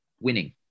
winning